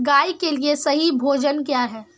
गाय के लिए सही भोजन क्या है?